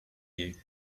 you